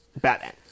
Batman